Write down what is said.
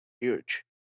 huge